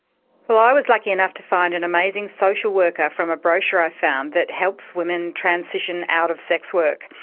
well, i was lucky enough to find an amazing social worker from a brochure i found that helps women transition out of sex work.